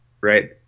right